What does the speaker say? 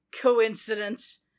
coincidence